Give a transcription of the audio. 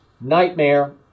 nightmare